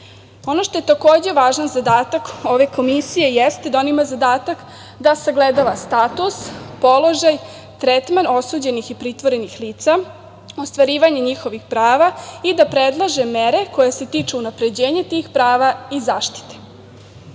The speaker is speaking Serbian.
što je takođe važan zadatak ove Komisije jeste da ona ima zadatak da sagledava status, položaj, tretman osuđenih i pritvorenih lisa, ostvarivanje njihovih prava i da predlaže mere koje se tiču unapređenja tih prava i